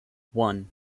one